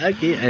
Okay